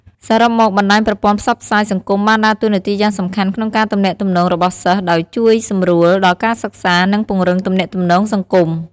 សរុបមក បណ្ដាញប្រព័ន្ធផ្សព្វផ្សាយសង្គមបានដើរតួនាទីយ៉ាងសំខាន់ក្នុងការទំនាក់ទំនងរបស់សិស្ស ដោយជួយសម្រួលដល់ការសិក្សា និងពង្រឹងទំនាក់ទំនងសង្គម។